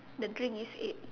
the drink is eight